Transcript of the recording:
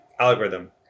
algorithm